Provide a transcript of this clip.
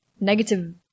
negative